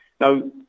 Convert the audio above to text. Now